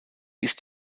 ist